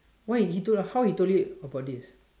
why he told you how he told you about this